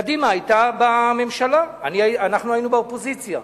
קדימה היתה בממשלה, אנחנו היינו באופוזיציה,